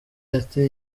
ati